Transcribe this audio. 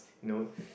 no